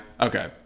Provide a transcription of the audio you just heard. Okay